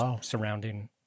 surrounding